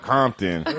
Compton